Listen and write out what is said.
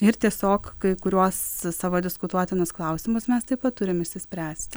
ir tiesiog kai kuriuos savo diskutuotinus klausimus mes taip pat turim išspręst